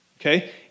Okay